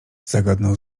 zagadnął